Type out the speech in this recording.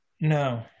No